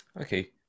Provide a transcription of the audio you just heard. Okay